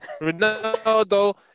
Ronaldo